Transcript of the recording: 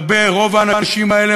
רוב האנשים האלה,